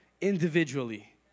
Individually